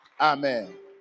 Amen